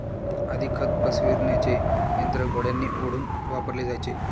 आधी खत पसरविण्याचे यंत्र घोड्यांनी ओढून वापरले जायचे